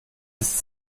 ist